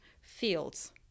fields